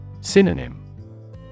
Synonym